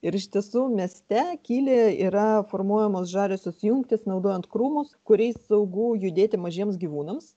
ir ištisų mieste kylyje yra formuojamos žaliosios jungtys naudojant krūmus kuriais saugu judėti mažiems gyvūnams